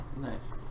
nice